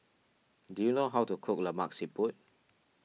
do you know how to cook Lemak Siput